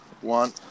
one